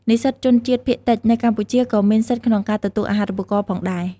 និស្សិតជនជាតិភាគតិចនៅកម្ពុជាក៏មានសិទ្ធិក្នុងការទទួលអាហារូបករណ៍ផងដែរ។